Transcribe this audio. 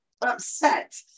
upset